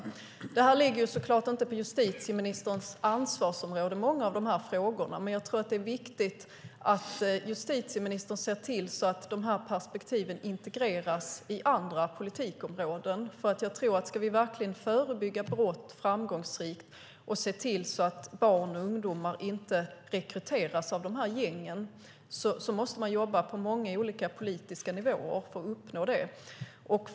Många av dessa frågor ligger såklart inte inom justitieministerns ansvarsområde, men jag tror att det är viktigt att justitieministern ser till att dessa perspektiv integreras i andra politikområden. Ska vi verkligen förebygga brott framgångsrikt och se till att barn och ungdomar inte rekryteras av dessa gäng måste vi jobba på många olika politiska nivåer för att uppnå det.